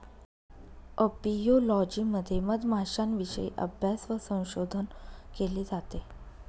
apiology मध्ये मधमाश्यांविषयी अभ्यास व संशोधन केले जाते